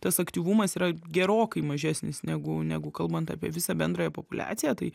tas aktyvumas yra gerokai mažesnis negu negu kalbant apie visą bendrąją populiaciją tai